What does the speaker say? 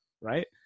right